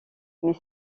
mais